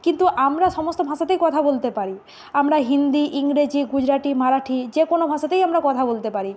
কিন্তু আমরা সমস্ত ভাষাতেই কথা বলতে পারি আমরা হিন্দি ইংরেজি গুজরাটি মারাঠি যে কোনো ভাষাতেই আমরা কথা বলতে পারি